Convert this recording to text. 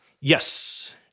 Yes